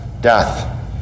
Death